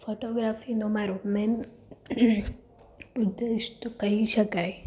ફોટોગ્રાફીનો મારો મેન ઉદ્દેશ તો કહી શકાય